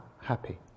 happy